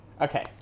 Okay